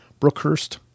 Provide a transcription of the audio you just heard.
Brookhurst